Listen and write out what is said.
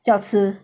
照吃